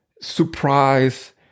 surprise